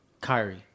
Kyrie